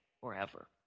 forever